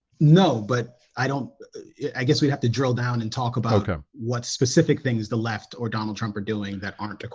no, but i don't i guess we have to drill down and talk about um what specific things the left or donald trump are doing that aren't equivalent.